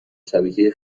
شبکه